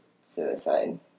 suicide